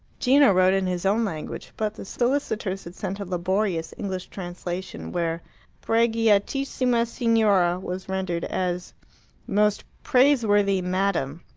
gino wrote in his own language, but the solicitors had sent a laborious english translation, where preghiatissima signora was rendered as most praiseworthy madam,